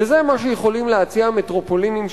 וזה מה שיכולות להציע מטרופולינים,